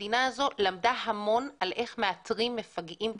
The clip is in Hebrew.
המדינה הזאת למדה המון על איך מאתרים מפגעים פוטנציאליים,